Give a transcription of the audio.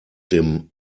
dem